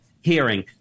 hearing